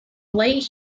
light